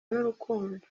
n’urukundo